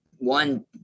one